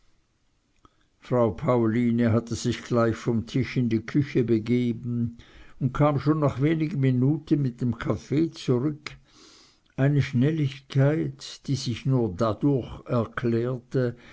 frau pauline hatte sich gleich von tisch in die küche begeben und kam schon nach wenigen minuten mit dem kaffee zurück eine schnelligkeit die sich nur daraus erklärte